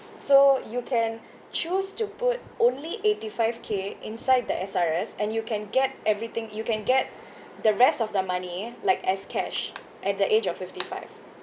so you can choose to put only eighty five K inside the S_R_S and you can get everything you can get the rest of the money like as cash at the age of fifty five